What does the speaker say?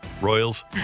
Royals